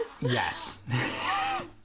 Yes